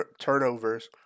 turnovers